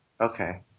Okay